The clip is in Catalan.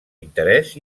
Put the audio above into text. interès